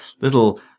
little